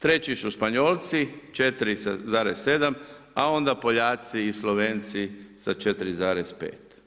Treći su Španjolci sa 4,7, a onda Poljaci i Slovenci sa 4,5.